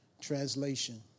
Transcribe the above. Translation